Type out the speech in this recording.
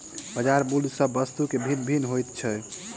बजार मूल्य सभ वस्तु के भिन्न भिन्न होइत छै